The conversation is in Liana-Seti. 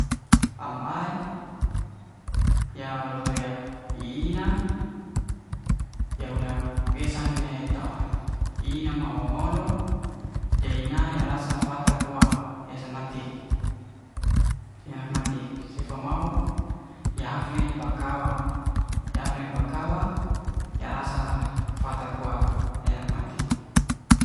Am ai ya lo'to yak i'inam ya hua nak besan ne to ina mo ho hol'lo ya inai rasa fatak kua ya'san matik enak matik sefa mau ya haf'lei bakawa ya haf'lei bakawa ya rasa fata'kua enak matik.